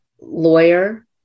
lawyer